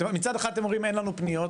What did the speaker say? מצד אחד אתם אומרים אין לנו פניות,